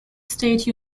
state